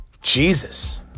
Jesus